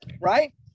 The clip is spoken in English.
right